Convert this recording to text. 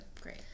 Great